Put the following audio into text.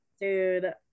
Dude